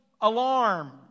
alarm